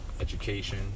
education